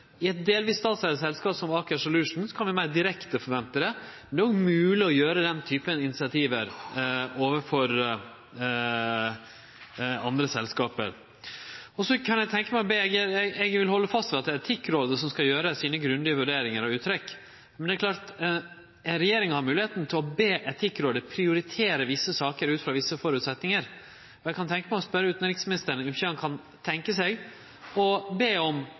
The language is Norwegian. I eit delvis statseigd selskap som Aker Solutions kan vi meir direkte forvente det, men det er òg mogleg å ta den typen initiativ overfor andre selskap. Eg vil halde fast ved at det er Etikkrådet som skal gjere sine grundige vurderingar og uttrekk, men det er klart at regjeringa har moglegheit til å be Etikkrådet prioritere visse saker ut frå visse føresetnader. Eg kan tenkje meg å spørje utanriksministeren om ikkje han kan tenkje seg å be om